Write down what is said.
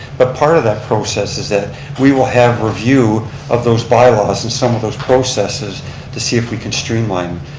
but part of that process is that we will have review of those bylaws and some of those processes to see if we can streamline